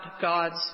God's